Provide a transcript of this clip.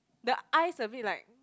the eyes a bit like